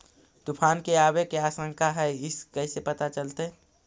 तुफान के आबे के आशंका है इस कैसे पता चलतै?